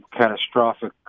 catastrophic